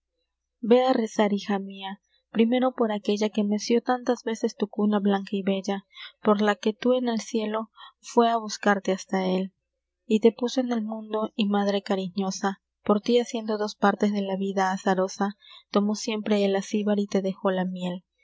vé á rezar hija mia primero por aquella que meció tantas veces tu cuna blanca y bella por la que tú en el cielo fué á buscarte hasta él y te puso en el mundo y madre cariñosa por tí haciendo dos partes de la vida azarosa tomó siempre el acíbar y te dejó la miel